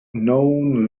known